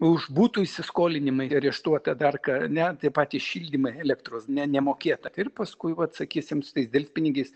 už butų įsiskolinimai areštuota dar ką ne tie patys šildymai elektros ne nemokėta ir paskui vat sakysim su tais delspinigiais